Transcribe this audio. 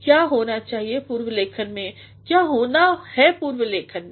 क्या होना चाहिए पूर्व लेखन में क्या होना है पूर्व लेखन में